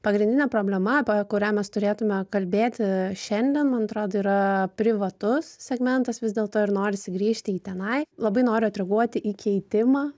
pagrindinė problema apie kurią mes turėtume kalbėti šiandien man atrodo yra privatus segmentas vis dėlto ir norisi grįžti į tenai labai noriu atreaguoti į keitimą